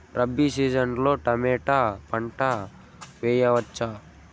Rabi season లో tomato పంట వేయవచ్చా?